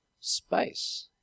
space